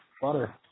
butter